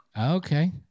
Okay